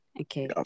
Okay